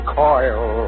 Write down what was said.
coil